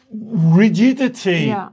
rigidity